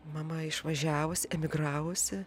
mama išvažiavus emigravusi